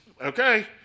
okay